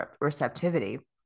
receptivity